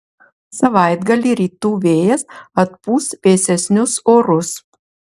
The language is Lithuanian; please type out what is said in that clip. savaitgalį rytų vėjas atpūs vėsesnius orus